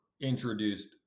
introduced